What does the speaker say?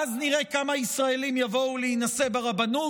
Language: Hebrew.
ואז נראה כמה ישראלים יבואו להינשא ברבנות.